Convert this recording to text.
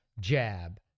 jab